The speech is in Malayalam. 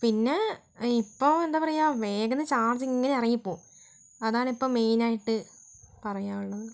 പിന്നെ ഇപ്പോൾ എന്താപറയാ വേഗന്ന് ചാർജിങ്ങനെ ഇറങ്ങിപ്പോകും അതാണിപ്പോൾ മെയിനായിട്ട് പറയാനുള്ളത്